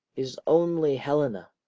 is only helena.